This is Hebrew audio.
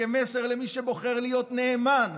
ומסר למי שבוחר להיות נאמן,